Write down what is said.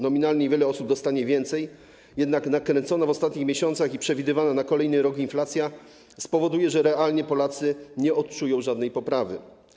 Nominalnie wiele osób dostanie więcej, jednak nakręcona w ostatnich miesiącach i przewidywana na kolejny rok inflacja spowoduje, że realnie Polacy nie odczują żadnej poprawy.